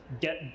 get